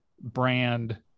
brand